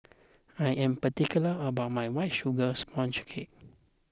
I am particular about my White Sugar Sponge Cake